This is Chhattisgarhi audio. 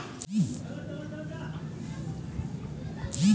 खोखमा के फूल ल बनेच पबित्तर, पूजनीय अउ सुख सांति के परतिक माने जाथे